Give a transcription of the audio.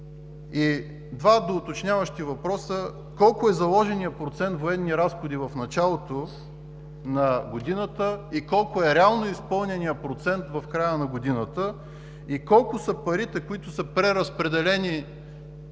И два доуточняващи въпроса. Колко е заложеният процент военни разходи в началото на годината и колко е реално изпълненият процент в края на годината? И колко са парите, които са преразпределени